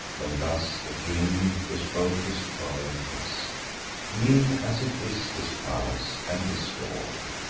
when thus the king bespoke his trojan guest mean as it is, this palace, and this door,